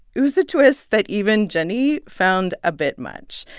it was the twist that even zhenyi found a bit much.